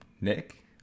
Nick